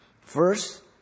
First